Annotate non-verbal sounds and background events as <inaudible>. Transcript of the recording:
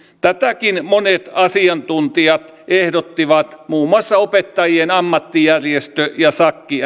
tätäkin monet asiantuntijat ehdottivat muun muassa opettajien ammattijärjestö ja sakki <unintelligible>